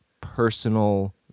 personal